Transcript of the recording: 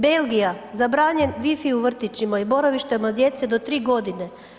Belgija, zabranjen wi fi u vrtićima i boravištima djece do 3 godine.